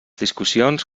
discussions